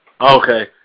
Okay